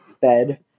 bed